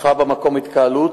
התפתחה במקום התקהלות,